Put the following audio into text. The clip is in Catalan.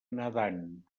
nedant